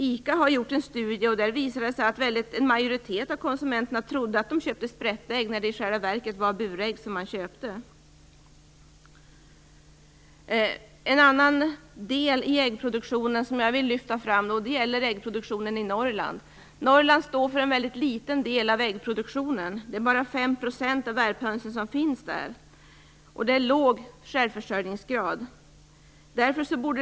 ICA har gjort en studie som visar att en majoritet av konsumenterna trodde att de köpte sprättägg när det i själva verket var burägg som de köpte. En annan del i äggproduktionen som jag vill lyfta fram gäller äggproduktionen i Norrland. Norrland står för en väldigt liten del av äggproduktionen. Det är bara fem procent av värphönsen som finns där. Självförsörjningsgraden är låg.